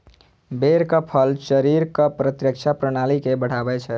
बेरक फल शरीरक प्रतिरक्षा प्रणाली के बढ़ाबै छै